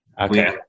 Okay